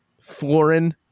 Florin